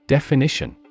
Definition